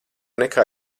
nekā